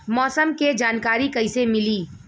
मौसम के जानकारी कैसे मिली?